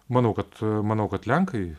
manau kad manau kad lenkai